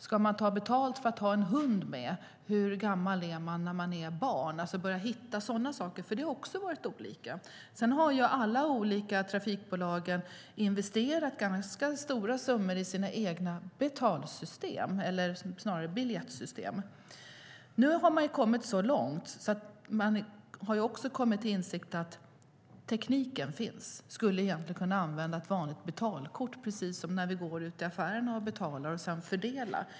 Ska man ta betalt för att resenärer har en hund med? Hur gammal är man när man är barn? Det gäller att hitta harmonisering om sådana saker, för det har varit olika. Alla de olika trafikbolagen har investerat ganska stora summor i sina egna betalsystem, eller snarare biljettsystem. Nu har man kommit så långt att man kommit till insikt att tekniken finns. Resenärerna skulle egentligen kunna använda ett vanligt betalkort precis som när vi går ute i affärerna och betalar och sedan fördela.